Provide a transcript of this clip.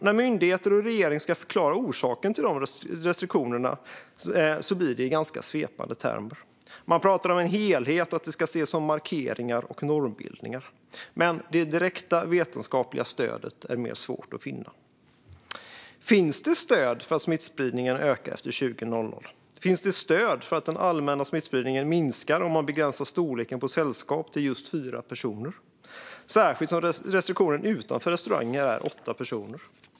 När myndigheter och regering ska förklara orsaken till de restriktionerna blir det i ganska svepande termer. Man pratar om att det är en del av en helhet och att det ska ses som markeringar och normbildning. Det direkta vetenskapliga stödet är mer svårt att finna. Finns det stöd för att smittspridningen ökar efter klockan 20? Finns det stöd för att den allmänna smittspridningen minskar om man begränsar storleken på sällskap till just fyra personer - särskilt som restriktionerna säger att det är åtta personer som gäller på andra ställen än restauranger?